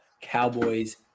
Cowboys